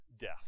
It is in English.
death